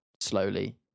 slowly